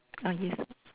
ah yes